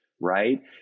right